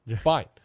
Fine